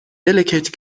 delicate